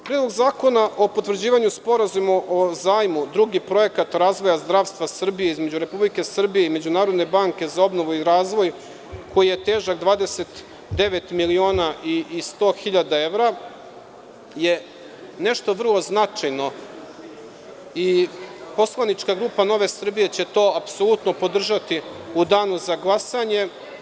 Predlog zakona o potvrđivanju Sporazuma o zajmu, Drugi projekat razvoja zdravstva Srbije između Republike Srbije i Međunarodne banke za obnovu i razvoj, koji je težak 29 miliona i 100 hiljada evra, je nešto vrlo značajno i poslanička grupa NS će to apsolutno podržati u Danu za glasanje.